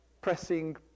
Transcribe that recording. pressing